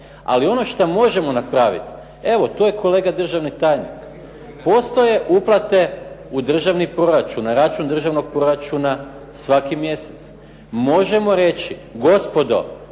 Ali ono što možemo napraviti, evo to je kolega državni tajnik. Postoje uplate u državni proračun, na račun državnog proračuna svaki mjesec. Možemo reći, gospodo